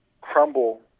crumble